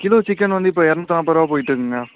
kilo chicken வந்து இப்போ எரநூத்தி நாப்பது ரூவா போயிட்டுருக்குங்க